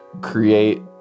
create